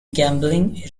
gambling